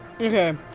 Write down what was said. okay